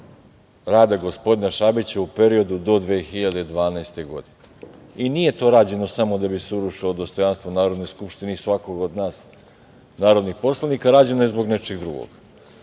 rada gospodina Šabića u periodu do 2012. godine. Nije to rađeno samo da bi se urušilo dostojanstvo Narodne skupštine i svakog od nas narodnih poslanika, rađeno je zbog nečeg drugog.